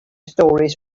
stories